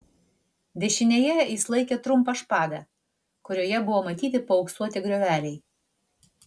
dešinėje jis laikė trumpą špagą kurioje buvo matyti paauksuoti grioveliai